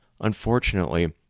Unfortunately